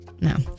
No